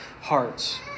hearts